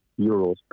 euros